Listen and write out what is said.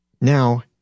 Now